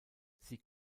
sie